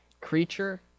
creature